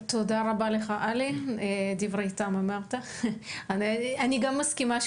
תודה רבה לך, עלי, דברי טעם אמרת, אני גם מסכימה.